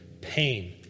pain